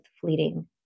fleeting